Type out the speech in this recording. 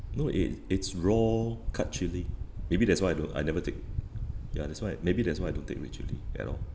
no it it's raw cut chilli maybe that's why I don't I never take ya that's why maybe that's why I don't take red chilli at all